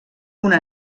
una